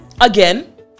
Again